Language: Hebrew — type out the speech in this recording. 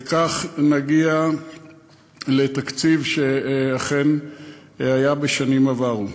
וכך נגיע לתקציב שהיה בשנים עברו.